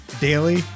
daily